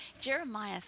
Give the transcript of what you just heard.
Jeremiah